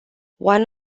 one